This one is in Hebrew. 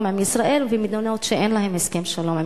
עם ישראל ומדינות שאין עמן הסכם שלום.